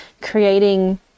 creating